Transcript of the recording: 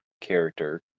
character